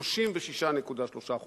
36.3%